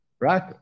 right